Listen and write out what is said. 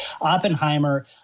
Oppenheimer